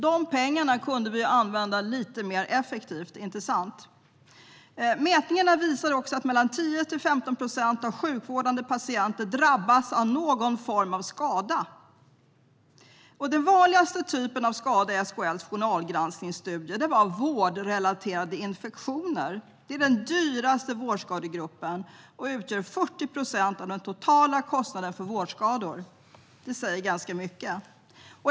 De pengarna kunde vi använda lite mer effektivt, inte sant? Mätningarna visar också att 10-15 procent av sjukvårdade patienter drabbas av någon form av skada. Den vanligaste typen av skada i SKL:s journalgranskningsstudie var vårdrelaterade infektioner. Det är den dyraste vårdskadegruppen, och kostnaden utgör 40 procent av den totala kostnaden för vårdskador. Det säger ganska mycket.